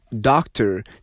doctor